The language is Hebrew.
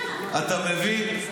אתה מבין?